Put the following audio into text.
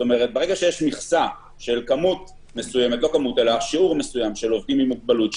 ברגע שיש מכסה בשיעור מסוים של עובדים עם מוגבלות,